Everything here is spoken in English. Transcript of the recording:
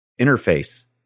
interface